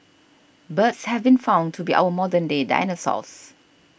birds have been found to be our modern day dinosaurs